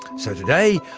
so, today,